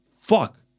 fuck